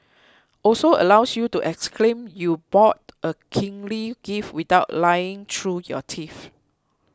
also allows you to exclaim you bought a kingly gift without lying through your teeth